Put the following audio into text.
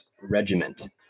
regiment